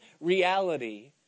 reality